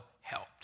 helped